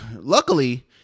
luckily